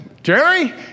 Jerry